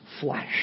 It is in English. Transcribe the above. flesh